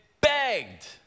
begged